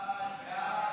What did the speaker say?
סעיף 1,